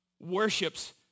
worships